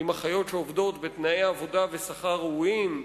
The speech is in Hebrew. עם אחיות שעובדות בתנאי עבודה ושכר ראויים,